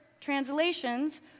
translations